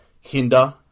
Hinder